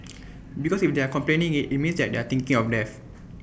because if they are complaining IT it means they are thinking of death